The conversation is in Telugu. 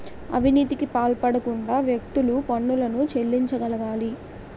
అవినీతికి పాల్పడకుండా వ్యక్తులు పన్నులను చెల్లించగలగాలి